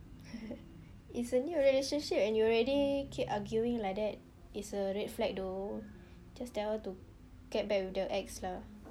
it's a new relationship and you already keep arguing like that it's a red flag though just tell her to get back with her ex lah